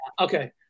Okay